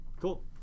Cool